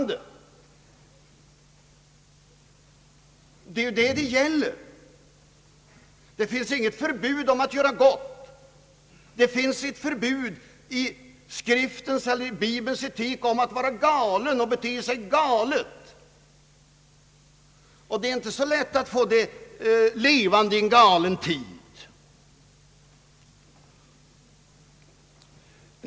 Det är ju detta det gäller. Det finns inget förbud mot att göra gott. Det finns i bibelns etik ett förbud mot att vara galen och bete sig galet, men det är inte så lätt att få det budet att framstå som levande i en galen tid.